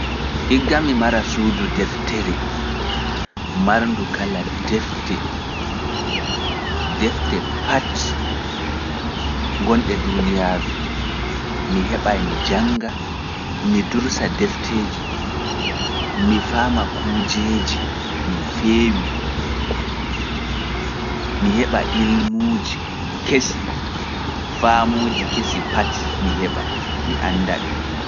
Iggan mi mara suudu deftere, marndu kala defte, defte pat ngonɗe duuniyaaru, mi heɓa e mi jannga. Mi dursa defteeje, mi faama kujeeji no feewi, mi heɓa ilmuuji kesi, faamuuji kesi pat mi heɓa, mi annda ɗi.